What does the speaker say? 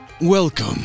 Welcome